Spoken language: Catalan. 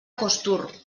costur